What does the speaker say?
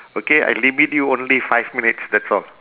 okay I limit you only five minutes that's all